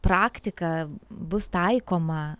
praktika bus taikoma